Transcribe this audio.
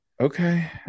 okay